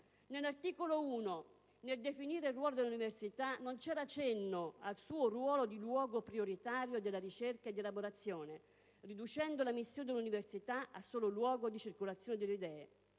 Nell'articolo 1, nel definire il ruolo dell'università non vi era cenno a quello di luogo prioritario della ricerca e di elaborazione, riducendosi la missione dell'università a solo luogo di circolazione delle idee.